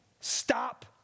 Stop